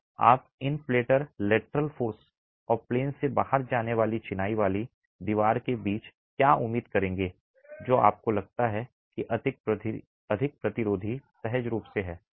तो आप इन प्लेटर लेटरल फोर्स और प्लेन से बाहर जाने वाली चिनाई वाली दीवार के बीच क्या उम्मीद करेंगे जो आपको लगता है कि अधिक प्रतिरोधी सहज रूप से है